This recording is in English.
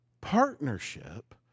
partnership